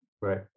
Right